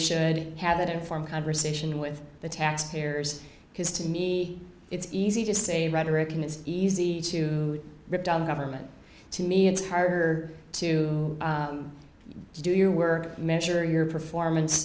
should have that inform conversation with the tax payers because to me it's easy to say rhetoric and it's easy to rip down the government to me it's harder to do your work measure your performance